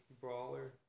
brawler